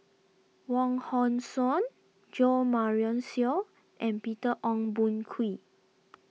Wong Hong Suen Jo Marion Seow and Peter Ong Boon Kwee